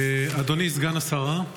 אדוני סגן השרה,